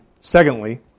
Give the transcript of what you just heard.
Secondly